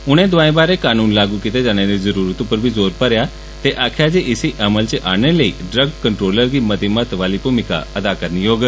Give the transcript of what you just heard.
उनें दोआएं बारै कानून लागू कीते जाने दी जरूरत उप्पर जोर भरेआ ते आक्खेआ जे इसी अमल च आनने लेई ड्रग कंट्रोलर गी मती महत्वै आह्ली भूमिका अदा करनी होग